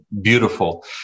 beautiful